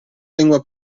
lingua